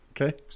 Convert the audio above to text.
Okay